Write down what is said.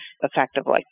effectively